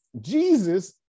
jesus